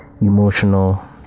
emotional